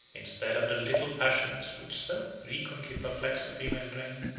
instead of the little passions which so frequently perplex a female reign,